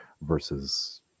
versus